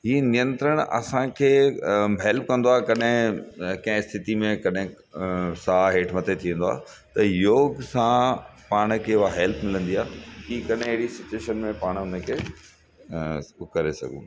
हीअ नियंत्रण असांखे हैल्प कंदो आहे कॾहिं कंहिं स्थिती में कॾहिं साहु हेठि मथे थी वेंदो आहे त योग सां पाण खे उहा हैल्प मिलंदी आहे कि कॾहिं अहिड़ी सिच्यूएशन में पाण उन खे करे सघूं